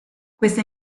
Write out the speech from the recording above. questa